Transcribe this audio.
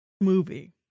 Movie